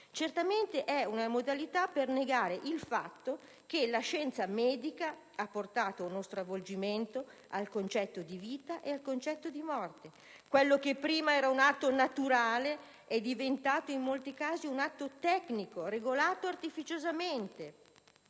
Certamente è un modo per negare il fatto che la scienza medica ha portato uno stravolgimento al concetto di vita e al concetto di morte: quello che prima era un atto naturale, in molti casi è diventato un atto tecnico regolato artificiosamente.